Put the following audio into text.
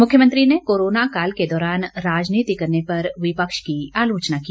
मुख्यमंत्री ने कोरोना काल के दौरान राजनीति करने पर विपक्ष की आलोचना की